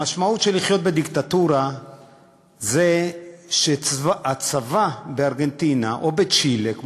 המשמעות של לחיות בדיקטטורה זה שהצבא בארגנטינה או בצ'ילה,